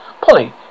Polly